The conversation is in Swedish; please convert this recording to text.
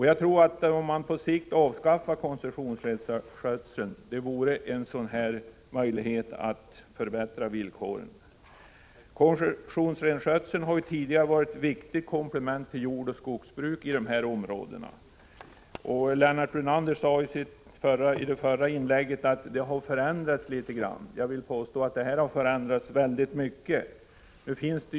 Jag tror att om man på sikt avskaffade koncessionsrenskötseln vore det en sådan här möjlighet att förbättra villkoren. Koncessionsrenskötseln har tidigare varit ett viktigt komplement till jordoch skogsbruk i dessa områden. Lennart Brunander sade tidigare att förhållandena har förändrats litet grand. Jag vill för min del påstå att det har skett en mycket stor förändring.